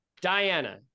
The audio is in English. Diana